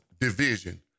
division